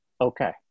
Okay